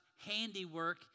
handiwork